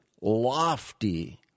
lofty